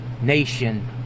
nation